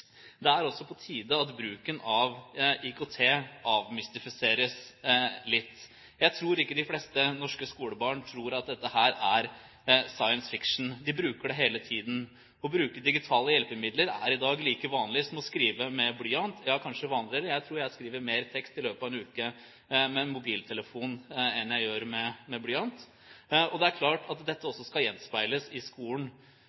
Det er også på tide at bruken av IKT avmystifiseres litt. Jeg tror ikke de fleste norske skolebarn tror at dette er science fiction. De bruker det hele tiden. Å bruke digitale hjelpemidler er i dag like vanlig som å skrive med blyant – ja, kanskje vanligere. Jeg tror jeg i løpet av én uke skriver mer tekst med mobiltelefon enn jeg gjør med blyant. Det er klart at dette